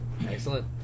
Excellent